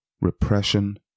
repression